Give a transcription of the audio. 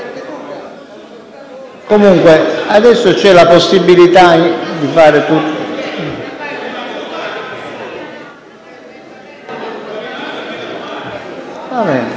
Comunque, adesso c'è la possibilità di fare tutto.